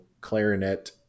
clarinet